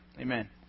Amen